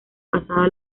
pasado